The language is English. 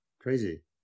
crazy